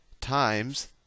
times